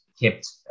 kept